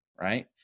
right